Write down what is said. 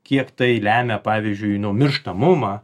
kiek tai lemia pavyzdžiui mirštamumą